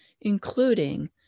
including